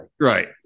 right